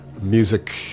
Music